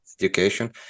education